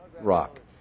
rock